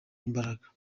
imbaraga